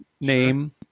name